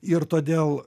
ir todėl